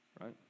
Right